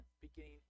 beginning